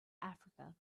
africa